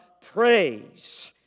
praise